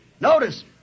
Notice